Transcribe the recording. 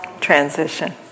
transition